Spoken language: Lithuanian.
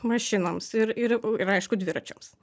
mašinoms ir ir ir aišku dviračiams